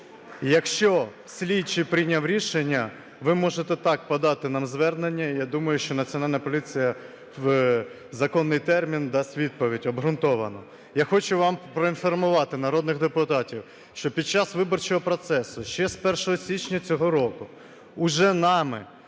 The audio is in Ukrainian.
якщо слідчий прийняв рішення, ви можете так подати нам звернення, і я думаю, що Національна поліція в законний термін дасть відповідь обґрунтовану. Я хочу вам… проінформувати народних депутатів, що під час виборчого процесу ще з 1 січня цього року уже нами